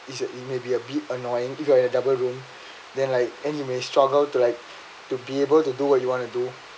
you should you may be a bit annoying if you are in a double room then like anyway struggle to like to be able to do what you want to do